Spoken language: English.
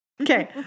Okay